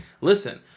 listen